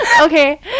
Okay